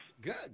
good